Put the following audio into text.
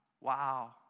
Wow